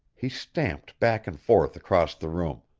he stamped back and forth across the room,